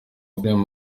amafilimi